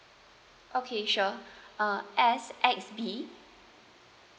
okay sure uh S X B